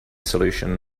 solution